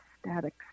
static